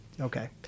okay